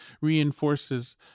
reinforces